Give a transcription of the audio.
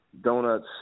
Donuts